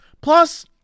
plus